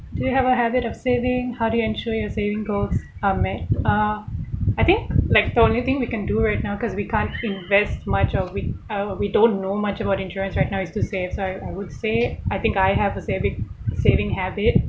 do you have a habit of saving how to ensure your saving goals are met uh I think like the only thing we can do right now cause we can't invest much or we uh we don't know much about insurance right now is to save so I would say I think I have a saving saving habit